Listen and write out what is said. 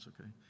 Okay